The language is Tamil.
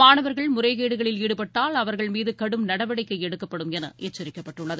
மாணவர்கள் முறைகேடுகளில் ஈடுபட்டால் அவர்கள் மீது கடும் நடவடிக்கை எடுக்கப்படும் என எச்சரிக்கப்பட்டுள்ளது